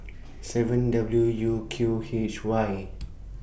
seven W U Q H Y